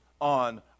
on